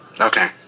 Okay